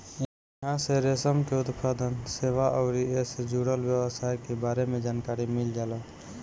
इहां से रेशम के उत्पादन, सेवा अउरी एसे जुड़ल व्यवसाय के बारे में जानकारी मिल जाला